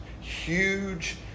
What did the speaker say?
huge